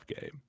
game